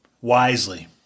wisely